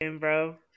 Bro